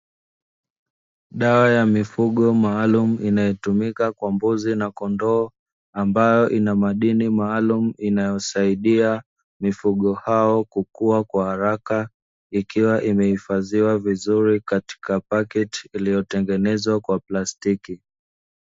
Dawa ya mifugo maalumu inayotumika kwa mbuzi na kondoo, ambayo ina madini maalumu inayosadia mifugo hao kukua kwa haraka; ikiwa imehifadhiwa vizuri katika pakiti iliyotengenezwa kwa plastiki.